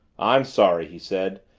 i'm sorry, he said,